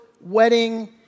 wedding